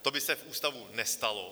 To by se v ústavu nestalo.